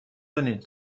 کنید